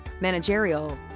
managerial